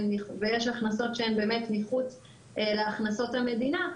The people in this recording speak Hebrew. יש הכנסות שהן באמת מחוץ להכנסות המדינה,